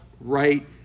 right